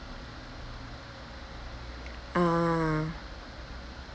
ah